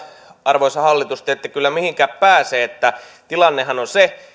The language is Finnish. arvoisa hallitus te ette kyllä mihinkään pääse että tilannehan on se